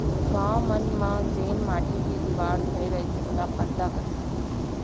गॉंव मन म जेन माटी के दिवार खड़े रईथे ओला परदा कथें